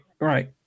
right